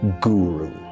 guru